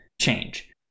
change